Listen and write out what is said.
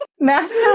Master